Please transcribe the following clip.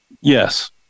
Yes